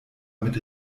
mit